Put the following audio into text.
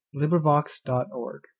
librivox.org